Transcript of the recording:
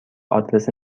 آدرس